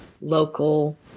local